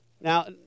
Now